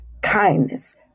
kindness